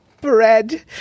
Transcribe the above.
bread